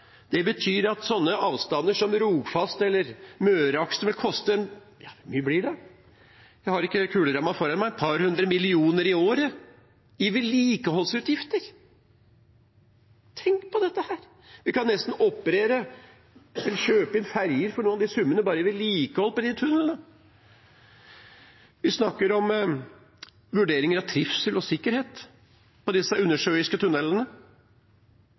Det betyr at sånne avstander som Rogfast eller Møreaksen vil koste – hvor mye blir det uten kuleramma foran meg? – et par hundre millioner i året i vedlikeholdsutgifter. Tenk på dette! Vi kan nesten operere eller kjøpe inn ferjer for noen av de summene som går bare til vedlikehold av disse tunnelene. Vi snakker om vurderinger av trivsel og sikkerhet i disse